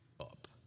up